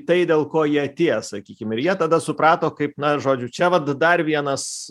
tai dėl ko jie atėjo sakykim ir jie tada suprato kaip na žodžiu čia vat dar vienas